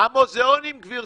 המוזיאונים, גברתי,